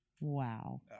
Wow